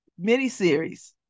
miniseries